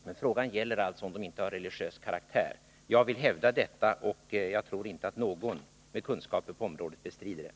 Men frågan gäller alltså om deras verksamhet inte har religiös karaktär. Jag vill hävda detta, och jag tror inte att någon med kunskaper på området bestrider det.